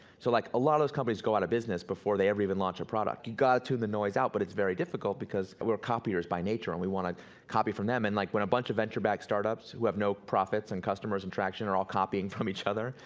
so like a lot of those companies go out of business before they ever even launch a product. you gotta tune the noise out but it's very difficult because we're copiers by nature and we wanna copy from them. and like when a bunch of venture backed startups who have no profits, and customers and traction are all copying from each other,